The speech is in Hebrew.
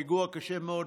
פיגוע קשה מאוד,